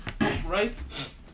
Right